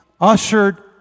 ushered